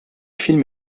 film